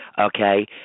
okay